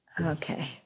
Okay